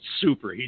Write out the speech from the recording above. super